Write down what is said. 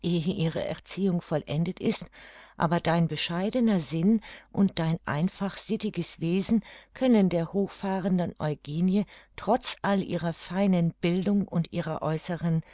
ihre erziehung vollendet ist aber dein bescheidener sinn und dein einfach sittiges wesen können der hochfahrenden eugenie trotz all ihrer feinen bildung und ihrer äußeren